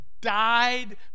died